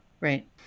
Right